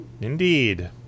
indeed